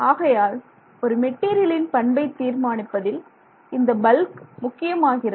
ஆகையால் ஒரு மெட்டீரியலின் பண்பை தீர்மானிப்பதில் இந்த பல்க் முக்கியமாகிறது